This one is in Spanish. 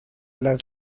las